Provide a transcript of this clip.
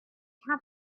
had